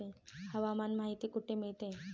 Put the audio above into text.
हवामान माहिती कुठे मिळते?